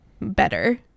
better